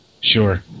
Sure